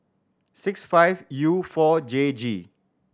six five U four J G